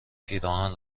پیراهن